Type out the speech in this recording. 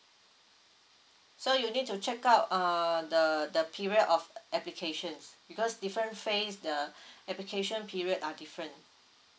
so you need to check out err the the period of applications because different phase the application period are different